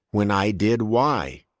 when i did y.